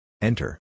Enter